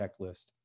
checklist